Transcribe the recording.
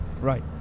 right